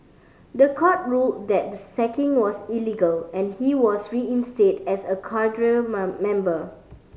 the court ruled that the sacking was illegal and he was reinstated as a cadre member